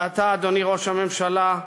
ואתה, אדוני ראש הממשלה,